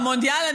מונדיאל?